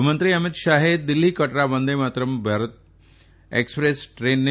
ગૃહમંત્રી અમિત શાહ આજે દિલ્હી કટરા વંદે ભારત એકસપ્રેસ દ્રેનને